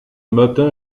matin